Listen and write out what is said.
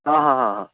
आ हा हा हा